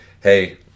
hey